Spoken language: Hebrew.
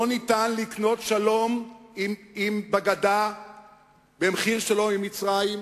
לא ניתן לקנות שלום בגדה במחיר שלום עם מצרים.